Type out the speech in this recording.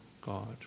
God